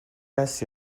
است